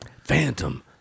Phantom